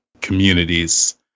communities